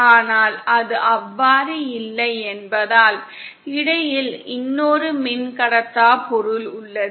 ஆனால் அது அவ்வாறு இல்லை என்பதால் இடையில் இன்னொரு மின்கடத்தா பொருள் உள்ளது